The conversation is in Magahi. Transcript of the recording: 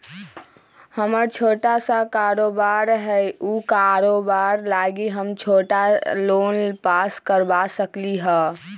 हमर छोटा सा कारोबार है उ कारोबार लागी हम छोटा लोन पास करवा सकली ह?